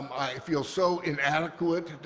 i feel so inadequate,